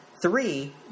Three